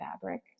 fabric